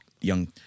young